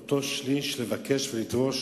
אותו שליש לבקש ולדרוש